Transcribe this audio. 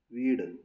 വീട്